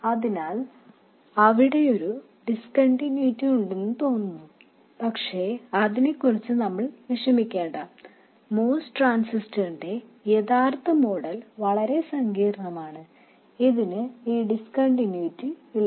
അതിനാൽ അവിടെയൊരു ഡിസ്കണ്ടിന്യൂയിറ്റി ഉണ്ടെന്ന് തോന്നുന്നു പക്ഷേ അതിനെക്കുറിച്ച് നമ്മൾ വിഷമിക്കേണ്ട MOS ട്രാൻസിസ്റ്ററിന്റെ യഥാർത്ഥ മോഡൽ വളരെ സങ്കീർണ്ണമാണ് ഇതിന് ഈ ഡിസ്കണ്ടിന്യൂയിറ്റി ഇല്ല